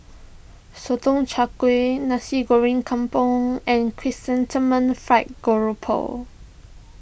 Sotong Char Kway Nasi Goreng Kampung and Chrysanthemum Fried Garoupa